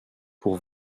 pour